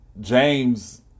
James